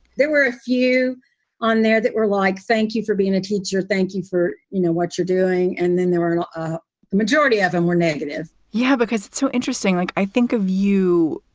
there were a few on there that were like, thank you for being a teacher. thank you for you know what you're doing. and then there were ah the majority of them were negative yeah. because it's so interesting, like i think of you.